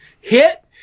hit